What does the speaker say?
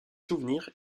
souvenirs